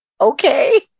okay